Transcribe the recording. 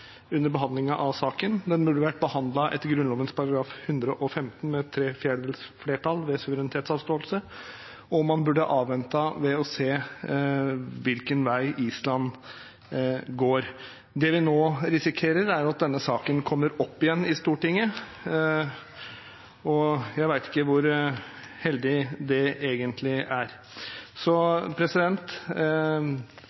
under behandlingen av saken. Den burde vært behandlet etter Grunnloven § 115, med tre fjerdedels flertall ved suverenitetsavståelse, og man burde avventet og sett hvilken vei Island går. Det vi nå risikerer, er at denne saken kommer opp igjen i Stortinget, og jeg vet ikke hvor heldig det egentlig er.